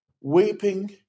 weeping